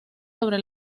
sobre